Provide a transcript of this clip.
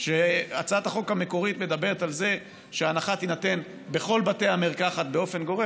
הצעת החוק המקורית מדברת על זה שההנחה תינתן בכל בתי המרקחת באופן גורף,